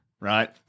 Right